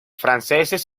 franceses